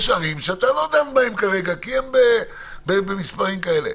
יש ערים שאתה לא דן בהן כרגע כי הן במספרים כאלה.